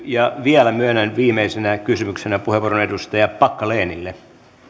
ja vielä myönnän viimeisenä kysymyksenä puheenvuoron edustaja packalenille